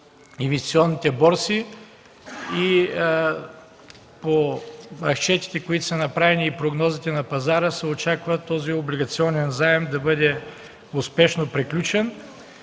инвестиционните борси. По направените разчети и прогнози на пазара се очаква този облигационен заем да бъде успешно приключен.